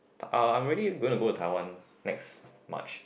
uh I'm already going to go Taiwan next March